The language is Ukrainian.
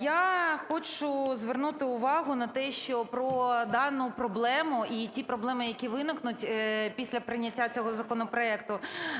Я хочу звернути увагу на те, що про дану проблему і ті проблеми, які виникнуть після прийняття цього законопроекту,